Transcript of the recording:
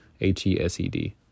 H-E-S-E-D